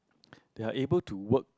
they are able to work